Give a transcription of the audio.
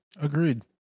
Agreed